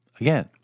Again